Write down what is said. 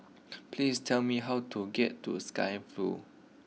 please tell me how to get to Sky Vue